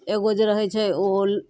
एगो जे रहैत छै ओहो